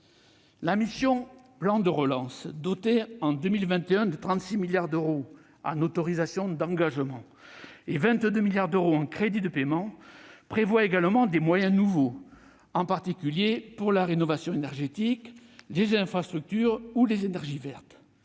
La mission « Plan de relance », dotée, en 2021, de 36 milliards d'euros en autorisations d'engagement et de 22 milliards d'euros en crédits de paiement, prévoit également des moyens nouveaux, en particulier pour la rénovation énergétique, les infrastructures ou les énergies vertes.